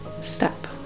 step